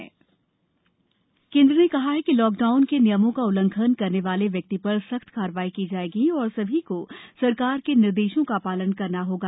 थुकने पर कारवाई केंद्र ने कहा है कि लॉकडाउन के नियमों का उल्लंघन करने वाले व्यक्ति पर सख्त कार्रवाई की जाएगी और सभी को सरकार के निर्देशों का पालन करना होगा